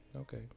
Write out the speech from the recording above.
Okay